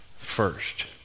First